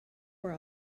for